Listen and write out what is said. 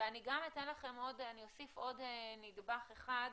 ואני גם אתן לכם ואשים עוד נדבך אחד,